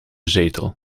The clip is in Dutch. zetel